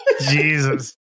Jesus